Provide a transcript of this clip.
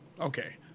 Okay